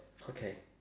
okay